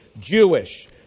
Jewish